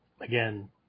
again